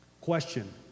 Question